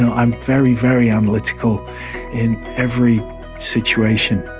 know, i am very, very analytical in every situation.